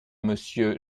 monsieur